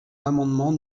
l’amendement